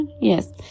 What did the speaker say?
Yes